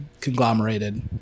conglomerated